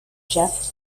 jeff